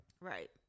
Right